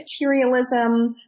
materialism